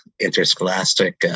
Interscholastic